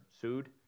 sued